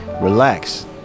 relax